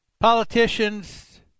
Politicians